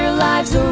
lives